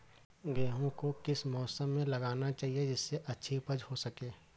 गेहूँ को किस मौसम में लगाना चाहिए जिससे अच्छी उपज हो सके?